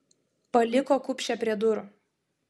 paliko kupšę prie durų